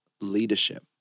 leadership